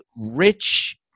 rich